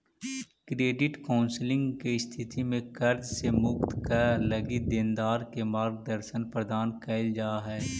credit counselling के स्थिति में कर्ज से मुक्ति क लगी देनदार के मार्गदर्शन प्रदान कईल जा हई